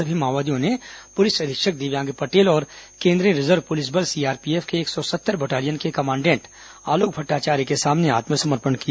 सभी माओवादियों ने पुलिस अधीक्षक दिव्यांग पटेल और केन्द्रीय रिजर्व पुलिस बल सीआरपीएफ के एक सौ सत्तर बटालियन के कमांडेट आलोक भट्टाचार्य के सामने आत्मसमर्पण किया